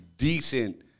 Decent